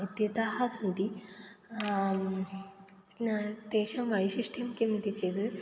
इत्येताः सन्ति न तेषां वैशिष्ट्यं किमिति चेद्